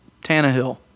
tannehill